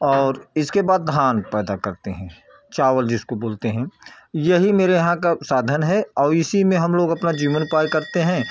और इसके बाद धान पैदा करते हैं चावल जिसको बोलते हैं यही मेरे यहाँ का साधन है और इसी में हम लोग अपना जीवन पार करते हैं